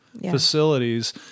facilities